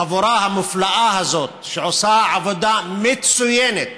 החבורה המופלאה הזאת, שעושה עבודה מצוינת.